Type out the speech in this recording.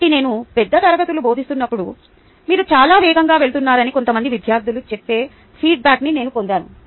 కాబట్టి నేను పెద్ద తరగతులు బోధిస్తున్నప్పుడు మీరు చాలా వేగంగా వెళుతున్నారని కొంతమంది విద్యార్థులు చెప్పే ఫీడ్బ్యాక్న్ని నేను పొందాను